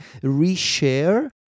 reshare